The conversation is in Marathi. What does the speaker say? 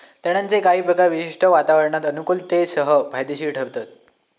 तणांचे काही प्रकार विशिष्ट वातावरणात अनुकुलतेसह फायदेशिर ठरतत